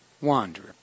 wanderer